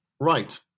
Right